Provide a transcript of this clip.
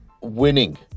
winning